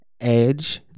edge